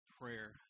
prayer